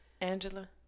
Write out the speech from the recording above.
Angela